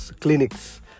clinics